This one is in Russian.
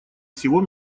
всего